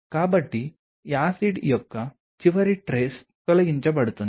కాబట్టి యాసిడ్ యొక్క చివరి ట్రేస్ తొలగించబడుతుంది